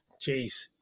Jeez